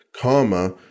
comma